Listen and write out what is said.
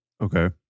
Okay